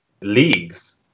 leagues